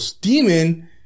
Demon